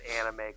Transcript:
anime